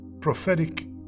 prophetic